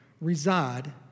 reside